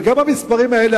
וגם המספרים האלה,